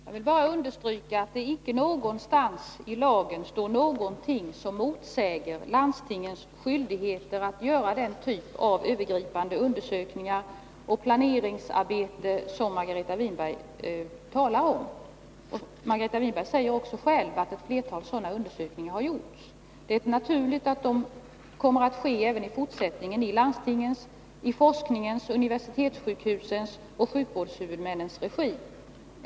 Herr talman! Jag vill bara understryka att det icke någonstans i lagen står någonting som motsäger landstingens skyldigheter att göra den typ av övergripande undersökningar och det planeringsarbete som Margareta Winberg talar om. Margareta Winberg säger också själv att ett flertal sådana undersökningar har gjorts. Det är naturligt att det kommer att ske även i fortsättningen i landstingens, forskningens, universitetssjukhusens och sjukvårdshuvudmännens regi.